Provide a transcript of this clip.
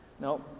no